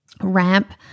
ramp